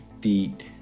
feet